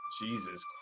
Jesus